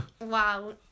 Wow